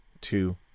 two